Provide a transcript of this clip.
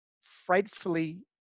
frightfully